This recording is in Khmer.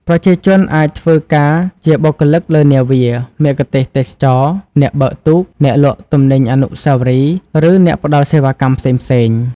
ប្រជាជនអាចធ្វើការជាបុគ្គលិកលើនាវា មគ្គុទ្ទេសក៍ទេសចរណ៍ អ្នកបើកទូក អ្នកលក់ទំនិញអនុស្សាវរីយ៍ ឬអ្នកផ្តល់សេវាកម្មផ្សេងៗ។